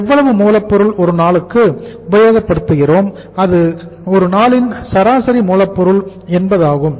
எவ்வளவு மூலப்பொருள் ஒரு நாளுக்கு உபயோகப்படுத்துகிறோம் அது ஒரு நாளின் சராசரி மூலப்பொருள் என்பதாகும்